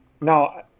Now